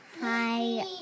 Hi